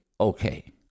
okay